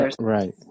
Right